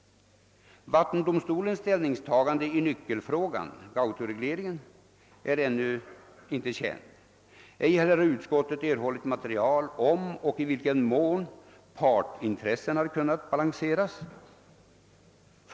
Vattendomsto lens ställningstagande i nyckelfrågan — Gautoregleringen — är ännu icke känt. Ej heller har utskottet erhållit material om och i vilken mån partsintressena kunnat balanseras.